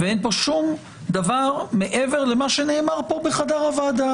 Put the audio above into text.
אין פה שום דבר מעבר למה שנאמר פה בחדר הוועדה.